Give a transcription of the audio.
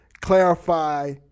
clarify